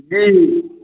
जी